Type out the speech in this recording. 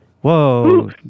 Whoa